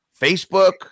Facebook